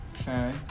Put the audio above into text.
Okay